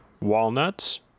Walnuts